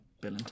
bill